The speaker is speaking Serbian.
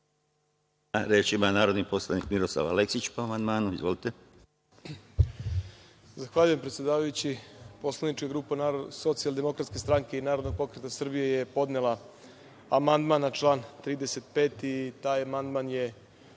Reč ima narodni poslanik Miroslav Aleksić, po amandmanu. Izvolite.